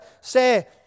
say